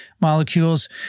molecules